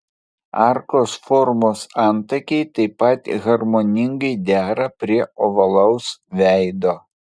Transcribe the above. arkos formos antakiai taip pat harmoningai dera prie ovalaus veido